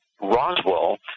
Roswell